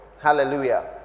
hallelujah